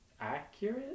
accurate